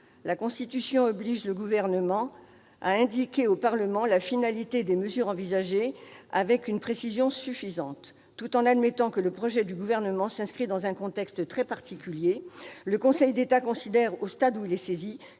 la Constitution oblige le Gouvernement à indiquer au Parlement la finalité des mesures envisagées avec une précision suffisante. « Tout en admettant que le projet du Gouvernement s'inscrit dans un contexte très particulier [...], le Conseil d'État considère, au stade où il est saisi,